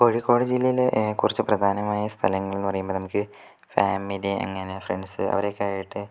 കോഴിക്കോട് ജില്ലയില് കുറച്ച് പ്രധാനമായ സ്ഥലങ്ങളെന്ന് പറയുമ്പം നമുക്ക് ഫാമിലി അങ്ങനെ ഫ്രണ്ട്സ് അവരൊക്കെ ആയിട്ട്